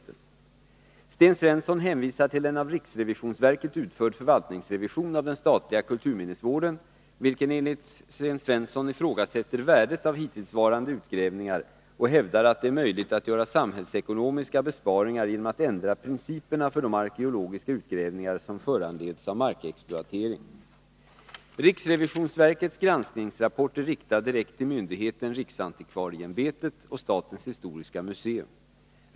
Sten Svens 121 son hänvisar till en av riksrevisionsverket utförd förvaltningsrevision av den statliga kulturminnesvården, vilken enligt Sten Svensson ifrågasätter värdet av hittillsvarande utgrävningar och hävdar att det är möjligt att göra samhällsekonomiska besparingar genom att ändra principerna för de arkeologiska utgrävningar som föranleds av markexploatering. Riksrevisionsverkets granskningsrapport är riktad direkt till myndigheten riksantikvarieämbetet och statens historiska museum.